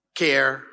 care